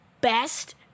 best